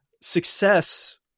success